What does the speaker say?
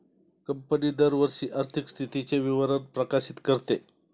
company दरवर्षी आर्थिक स्थितीचे विवरण प्रकाशित करते